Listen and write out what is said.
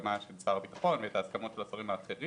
הסכמת שר הביטחון וגורמים אחרים.